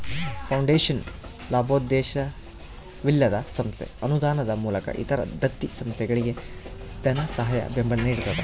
foundation ಲಾಭೋದ್ದೇಶವಿಲ್ಲದ ಸಂಸ್ಥೆ ಅನುದಾನದ ಮೂಲಕ ಇತರ ದತ್ತಿ ಸಂಸ್ಥೆಗಳಿಗೆ ಧನಸಹಾಯ ಬೆಂಬಲ ನಿಡ್ತದ